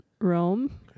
Rome